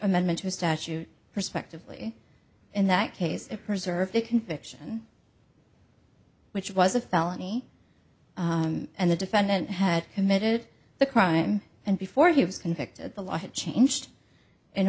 amendment to a statute perspectively in that case it preserves the conviction which was a felony and the defendant had committed the crime and before he was convicted the law had changed in